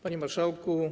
Panie Marszałku!